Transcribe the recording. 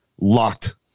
locked